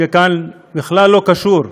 זה בכלל לא קשור לכאן.